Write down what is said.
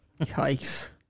Yikes